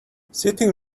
sitting